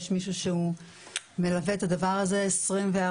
יש מישהו שהוא מלווה את הדבר הזה 24/7